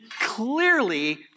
clearly